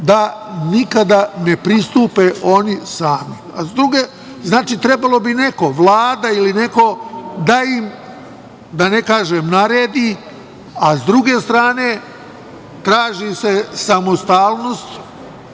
da nikada ne pristupe oni sami. Znači, trebalo bi neko, Vlada ili neko da im, da ne kažem naredi, a s druge strane traži se samostalnost